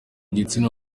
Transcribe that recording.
gitsina